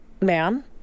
ma'am